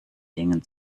dingen